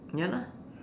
ya lah